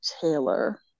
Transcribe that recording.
Taylor